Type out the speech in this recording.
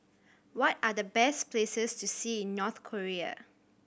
what are the best places to see in North Korea